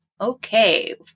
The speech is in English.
okay